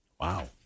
Wow